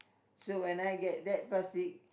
so when I get that plastic